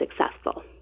successful